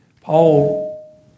Paul